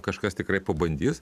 kažkas tikrai pabandys